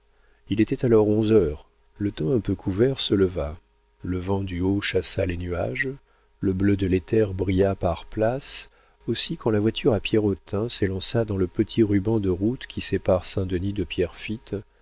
il était alors onze heures le temps un peu couvert se leva le vent du haut chassa les nuages le bleu de l'éther brilla par places aussi quand la voiture à pierrotin s'élança dans le petit ruban de route qui sépare saint-denis de pierrefitte